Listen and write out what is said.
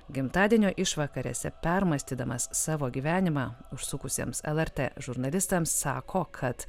gimtadienio išvakarėse permąstydamas savo gyvenimą užsukusiems lrt žurnalistams sako kad